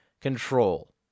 control